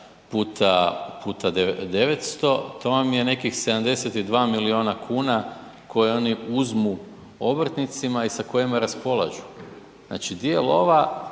puta 900, to vam je nekih 72 milijuna kuna koje oni uzmu obrtnicima i sa kojima raspolažu. Znači di je lova,